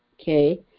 okay